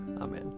Amen